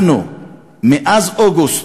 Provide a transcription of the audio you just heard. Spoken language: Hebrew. מאז אוגוסט,